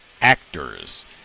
actors